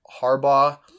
Harbaugh